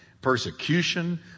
persecution